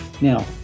Now